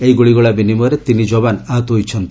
ଏହି ଗୁଳିଗୋଳା ବିନିମୟରେ ତିନି ଯବାନ ଆହତ ହୋଇଛନ୍ତି